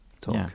talk